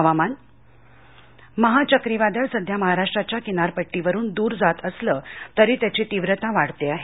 हवामान महा चक्रीवादळ सध्या महाराष्ट्राच्या किनारपट्टीपासून दूर जात असलं तरी त्याची तीव्रता वाढते आहे